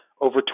over